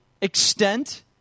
extent